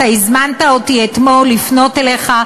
הזמנת אותי אתמול לפנות אליך,